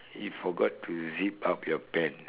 you forgot to zip up your pants